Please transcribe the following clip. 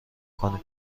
کنیم